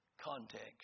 context